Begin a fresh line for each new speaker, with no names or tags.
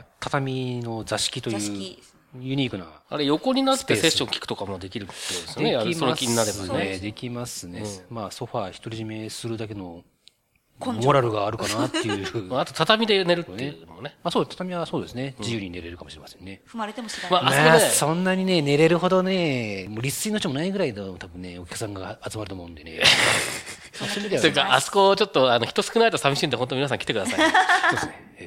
畳の座敷という
座敷。
ユニークな
あれ、横になって
スペース。
セッション聞くとかもできるってことですよね。
できます。
やる、その気になればね。
そうですね、できますね。
うん。
まあ、ソファー独り占めするだけのモラルがあるかなっていう
根性が。
ふう。
あと、畳で寝るっていうのもね。
そうですね。まあ、そう、畳はそうですね。
うん。
自由に寝れるかもしれませんね。
踏まれても知らない。
まあ、あそこね。
まあ、そんなにね、寝れるほどね、もう立錐の余地もないぐらいの、多分ね、お客さんが集まると思うんでね。
そんな気がします。
というか、 あそこちょっと、あの、人少ないと寂しいんで、ほんと皆さん来てくださいね。
そうですね。